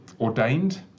ordained